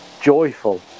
joyful